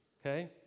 okay